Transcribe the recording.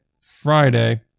friday